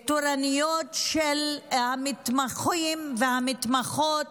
התורניות של המתמחים והמתמחות,